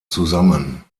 zusammen